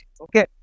Okay